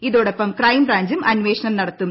ഇതോടൊപ്പുക ക്രൈംബ്രാഞ്ചും അന്വേഷണം നടത്തും